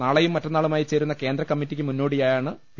നാളെയും മറ്റന്നാളുമായി ചേരുന്ന കേന്ദ്രകമ്മിറ്റിക്കുമുന്നോടിയാണ് പി